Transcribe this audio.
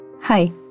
Hi